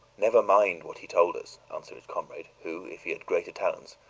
never mind what he told us! answered his comrade, who, if he had greater talents,